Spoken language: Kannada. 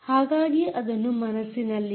ಹಾಗಾಗಿ ಅದನ್ನು ಮನಸ್ಸಿನಲ್ಲಿಡಿ